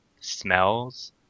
smells